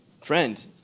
Friend